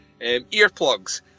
earplugs